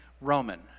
Roman